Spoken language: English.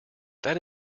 that